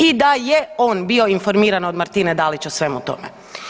I da je on bio informiran od Martine Dalić o svemu tome.